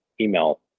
email